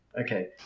okay